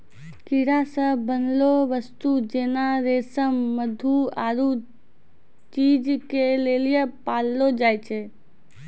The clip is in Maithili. कीड़ा से बनलो वस्तु जेना रेशम मधु आरु चीज के लेली पाललो जाय छै